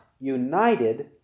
united